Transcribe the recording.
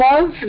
love